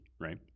right